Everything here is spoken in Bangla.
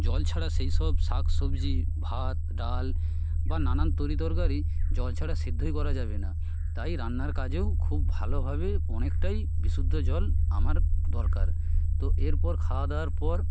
জল ছাড়া সেই সব শাক সবজি ভাত ডাল বা নানা তরি তরকারি জল ছাড়া সিদ্ধই করা যাবে না তাই রান্নার কাজেও খুব ভালোভাবে অনেকটাই বিশুদ্ধ জল আমার দরকার তো এরপর খাওয়া দাওয়ার পর